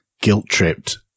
guilt-tripped